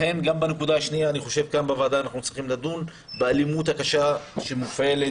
לכן אנחנו גם צריכים לדון באלימות הקשה שמופעלת